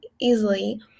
easily